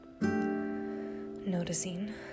noticing